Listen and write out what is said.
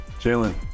Jalen